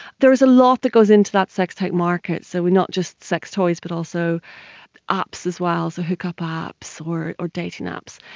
there is a lot that goes into that sex tech market, so not just sex toys but also apps as well, so hook-up ah apps or or dating apps.